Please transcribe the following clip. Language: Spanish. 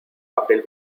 papel